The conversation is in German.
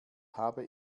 habe